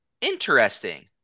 interesting